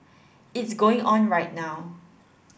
it's going on right now